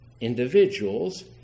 individuals